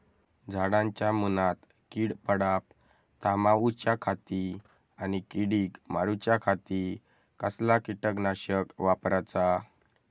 झाडांच्या मूनात कीड पडाप थामाउच्या खाती आणि किडीक मारूच्याखाती कसला किटकनाशक वापराचा?